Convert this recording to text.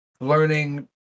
learning